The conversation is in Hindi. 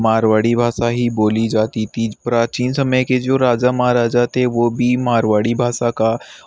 मारवाड़ी भाषा ही बोली जाती थी प्राचीन समय के जो राजा महाराजा थे वो भी मारवाड़ी भाषा का